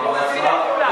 שלא נתנה תשובה,